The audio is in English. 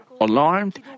alarmed